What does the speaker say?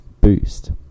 boost